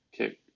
Okay